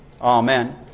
Amen